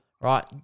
right